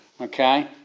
Okay